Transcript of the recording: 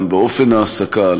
גם באופן ההעסקה,